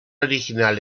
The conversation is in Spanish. original